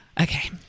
Okay